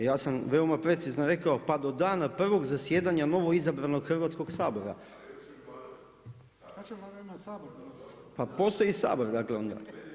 Ja sam veoma precizno rekao pa do dana prvog zasjedanja novoizabranog Hrvatskoga sabora. … [[Upadica se ne čuje.]] Pa postoji Sabor dakle onda.